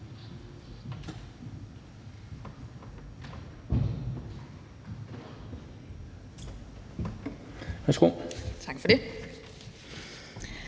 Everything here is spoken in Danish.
Tak for det.